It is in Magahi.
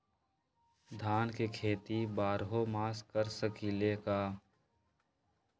धान के खेती बारहों मास कर सकीले का?